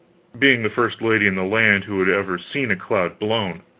being the first lady in the land who had ever seen a cloud blown.